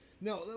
No